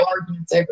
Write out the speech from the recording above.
arguments